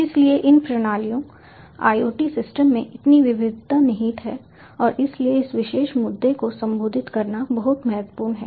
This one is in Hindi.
इसलिए इन प्रणालियों IoT सिस्टम में इतनी विविधता निहित है और इसीलिए इस विशेष मुद्दे को संबोधित करना बहुत महत्वपूर्ण है